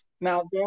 Now